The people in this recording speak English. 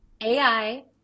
AI